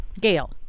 Gail